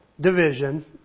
division